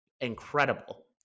incredible